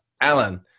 Alan